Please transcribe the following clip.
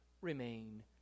remain